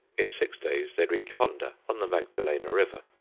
in six days they reach honda, on the magdalena river,